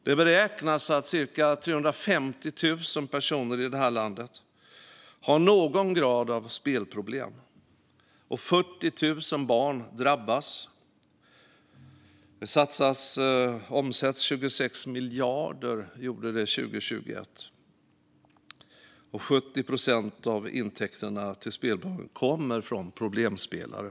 Det beräknas att cirka 350 000 personer i vårt land har någon grad av spelproblem, och 40 000 barn drabbas. Under 2021 omsattes 26 miljarder, och 70 procent av intäkterna till spelbolagen kommer från problemspelare.